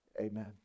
amen